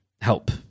help